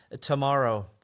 tomorrow